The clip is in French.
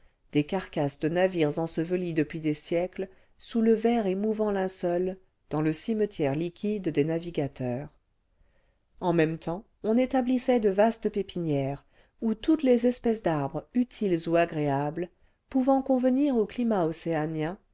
des carcasses de navires ensevelis depuis des siècles sous le vert et mouvant linceul dans le cimetière liquide des navigateurs en même temps on établissait de vastes pépinières où toutes les espèces d'arbres utiles ou agréables pouvant convenir au climat océanien